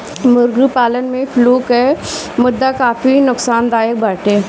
मुर्गी पालन में फ्लू कअ मुद्दा काफी नोकसानदायक बाटे